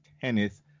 Tennis